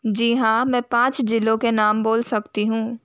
जी हाँ मैं पाँच ज़िलों के नाम बोल सकती हूँ